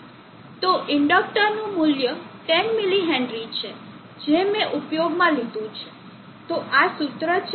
તો ઇન્ડકટરનું મૂલ્ય 10 mH છે જે મેં ઉપયોગમાં લીધું છે તો આ સૂત્ર છે